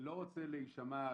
לא רוצה להישמע,